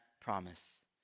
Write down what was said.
promise